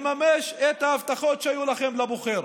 לממש את ההבטחות שנתתם לבוחר.